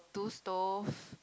two stoves